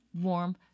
warm